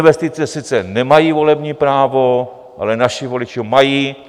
Investice sice nemají volební právo, ale naši voliči ho mají.